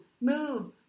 move